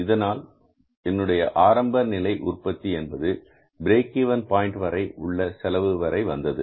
இதனால் என்னுடைய ஆரம்ப நிலை உற்பத்தி என்பது பிரேக் இவென் பாயின்ட் வரை உள்ள செலவு வரை வந்தது